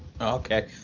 okay